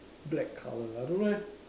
black colour I don't know eh